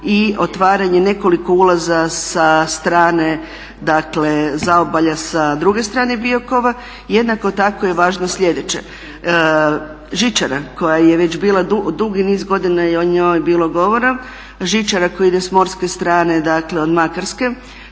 i otvaranje nekoliko ulaza sa strane zaobalja dakle sa druge strane Biokova. Jednako tako je važno sljedeće žičara koja je već bila dugi niz godina je o njoj bilo govora, žičara koja ide s morske strane od Makarske